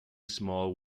small